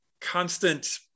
constant